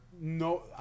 No